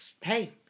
Hey